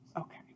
okay